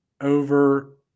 over